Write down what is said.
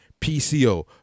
PCO